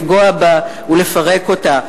לפגוע בה ולפרק אותה.